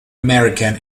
american